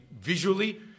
Visually